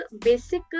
basic